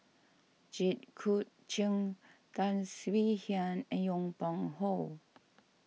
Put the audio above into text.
Jit Koon Ch'ng Tan Swie Hian and Yong Pung How